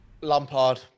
Lampard